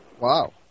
Wow